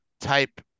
type